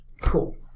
Cool